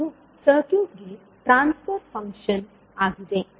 ಅದು ಸರ್ಕ್ಯೂಟ್ಗೆ transfer function ಆಗಿದೆ